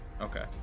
Okay